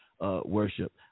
worship